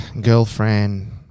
girlfriend